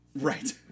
Right